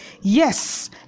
Yes